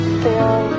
feel